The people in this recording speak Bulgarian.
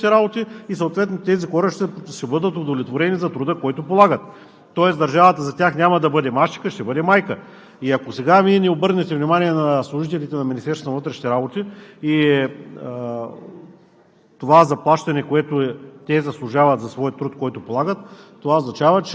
приемайки сега Закона – тези промени, които ние сме предложили, те ще залегнат в бюджета на Министерството на вътрешните работи и съответно тези хора ще бъдат удовлетворени за труда, който полагат. Тоест държавата за тях няма да бъде мащеха, а ще бъде майка. И ако сега Вие не обърнете внимание на служителите на Министерството на вътрешните работи и